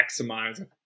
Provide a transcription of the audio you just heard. maximize